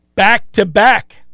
Back-to-back